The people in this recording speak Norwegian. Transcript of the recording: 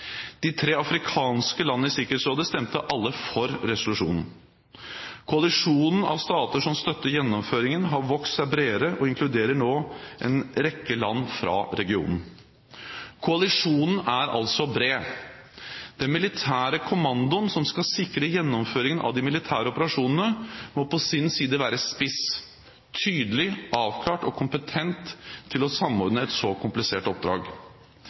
De tre afrikanske landene i Sikkerhetsrådet stemte alle for resolusjonen. Koalisjonen av stater som støtter gjennomføringen, har vokst seg bredere og inkluderer nå en rekke land fra regionen. Koalisjonen er altså bred. Den militære kommandoen som skal sikre gjennomføringen av de militære operasjonene, må på sin side være spiss, tydelig, avklart og kompetent til å samordne et så komplisert oppdrag.